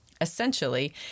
Essentially